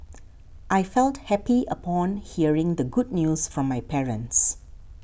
I felt happy upon hearing the good news from my parents